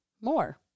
more